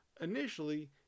initially